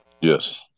Yes